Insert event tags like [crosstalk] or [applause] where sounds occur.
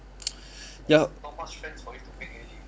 [noise] ya